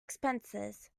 expenses